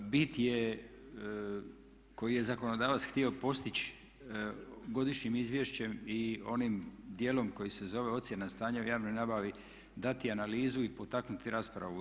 Bit koji je zakonodavac htio postići godišnjim izvješćem i onim djelom koji se zove ocjena stanja u javnoj nabavi dati analizu i potaknuti raspravu.